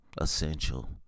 essential